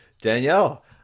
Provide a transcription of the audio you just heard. Danielle